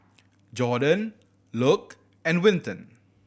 Jordon Luc and Winton